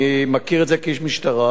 אני מכיר את זה כאיש משטרה,